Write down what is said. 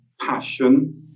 passion